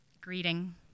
Greeting